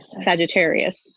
Sagittarius